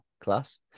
class